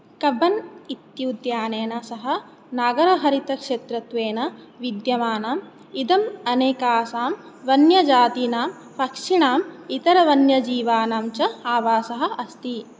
Cubbon इत्युद्यानेन सह नागरहरितक्षेत्रत्वेन विद्यमानम् इदम् अनेकासां वन्यजातीनां पक्षिणाम् इतरवन्यजीवानां च आवासः अस्ति